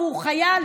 והוא חייל,